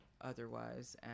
otherwise